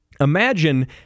imagine